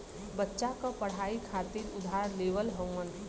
बच्चा क पढ़ाई खातिर उधार लेवल हउवन